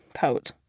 coat